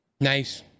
nice